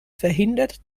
verhindert